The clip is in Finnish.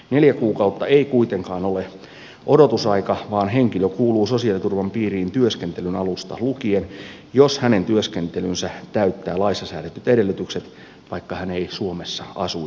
neljä kuukautta ei kuitenkaan ole odotusaika vaan henkilö kuuluu sosiaaliturvan piiriin työskentelyn alusta lukien jos hänen työskentelynsä täyttää laissa säädetyt edellytykset vaikka hän ei suomessa asuisikaan